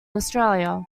australia